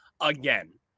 again